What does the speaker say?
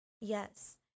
Yes